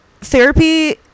therapy